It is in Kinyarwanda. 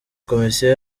komisiyo